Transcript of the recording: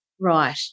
Right